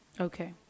Okay